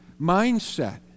mindset